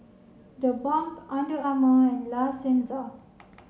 theBalm Under Armour and La Senza